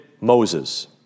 Moses